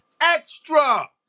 Extra